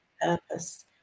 purpose